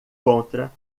contra